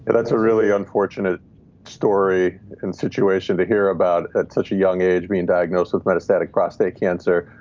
that's a really unfortunate story and situation to hear about at such a young age being diagnosed with metastatic prostate cancer.